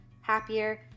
happier